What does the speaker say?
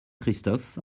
christophe